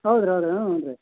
ಹೌದ್ ರೀ ಹೌದ್ ರೀ ಹ್ಞೂ ರೀ